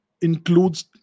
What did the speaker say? includes